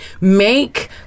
make